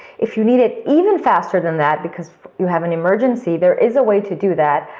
if you need it even faster than that because you have an emergency, there is a way to do that.